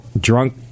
drunk